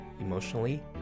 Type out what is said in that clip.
emotionally